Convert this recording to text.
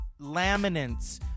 laminates